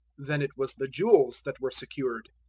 then it was the jewels that were secured.